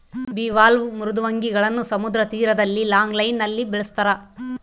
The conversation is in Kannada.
ಬಿವಾಲ್ವ್ ಮೃದ್ವಂಗಿಗಳನ್ನು ಸಮುದ್ರ ತೀರದಲ್ಲಿ ಲಾಂಗ್ ಲೈನ್ ನಲ್ಲಿ ಬೆಳಸ್ತರ